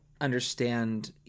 understand